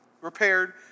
repaired